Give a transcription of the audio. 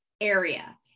area